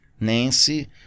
Nancy